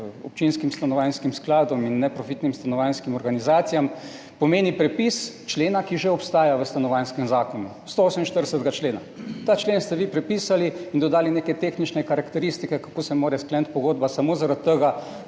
občinskim stanovanjskim skladom in neprofitnim stanovanjskim organizacijam, pomeni prepis člena, ki že obstaja v stanovanjskem zakonu. 148. člena. Ta člen ste vi prepisali in dodali neke tehnične karakteristike, kako se mora skleniti pogodba, samo zaradi tega,